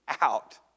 out